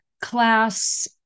class